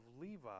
Levi